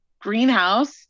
greenhouse